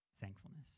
thankfulness